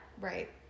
Right